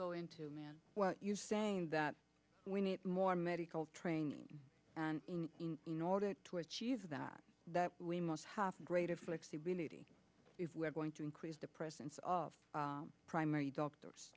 go into man what you're saying that we need more medical training and in order to achieve that we must have greater flexibility if we're going to increase the presence of primary doctor